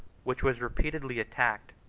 which was repeatedly attacked,